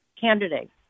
candidate